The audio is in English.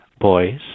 boys